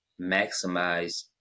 maximize